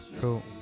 cool